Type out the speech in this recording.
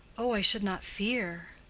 oh, i should not fear.